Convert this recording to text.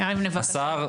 השר,